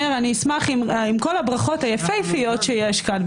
אני אשמח אם כל הברכות היפהפיות שיש כאן,